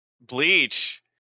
Bleach